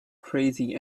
crazy